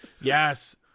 Yes